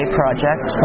project